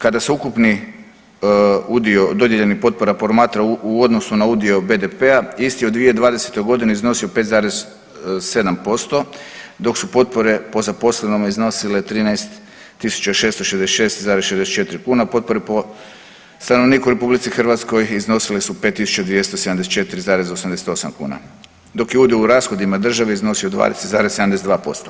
Kada se, kada se ukupni udio dodijeljenih potpora promatra u odnosu na udio BDP-a isti je u 2020.g. iznosio 5,7% dok su potpore po zaposlenome iznosile 13.666,64 kune, a potpore po stanovniku u RH iznosile su 5.274,88 kuna, dok je udio u rashodima države iznosio 20,72%